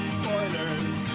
spoilers